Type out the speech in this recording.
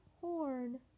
horn